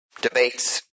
debates